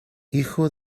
hijo